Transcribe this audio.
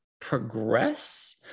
progress